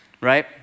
right